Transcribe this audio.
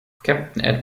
captain